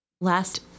Last